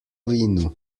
vinu